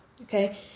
Okay